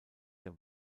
der